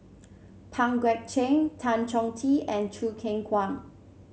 Pang Guek Cheng Tan Chong Tee and Choo Keng Kwang